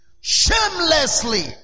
shamelessly